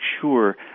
sure